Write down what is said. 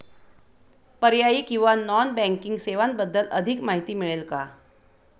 पर्यायी किंवा non banking सेवांबद्दल अधिक माहिती मिळेल का?